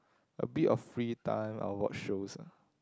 a bit of free time I'll watch shows lah